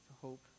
hope